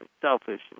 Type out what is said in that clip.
selfish